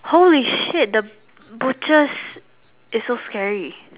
holy shit the butcher's is so scary